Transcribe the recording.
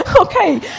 Okay